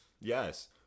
Yes